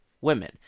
women